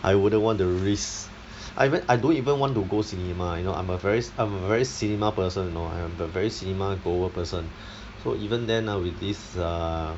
I wouldn't want to risk I re~ I don't even want to go cinema you know I'm a very ci~ I'm a very cinema person you know I am a very cinema goer person so even then ah with this err